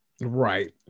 Right